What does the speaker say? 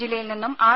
ജില്ലയിൽ നിന്നും ആർ